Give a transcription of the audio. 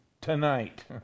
tonight